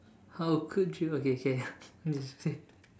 how could you okay okay